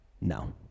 No